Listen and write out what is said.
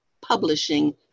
publishing